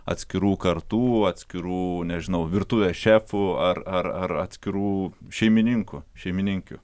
atskirų kartų atskirų nežinau virtuvės šefu ar ar ar atskirų šeimininkų šeimininkių